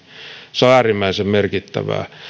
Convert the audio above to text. se on äärimmäisen merkittävää